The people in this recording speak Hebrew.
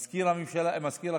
מזכיר הכנסת,